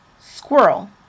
Squirrel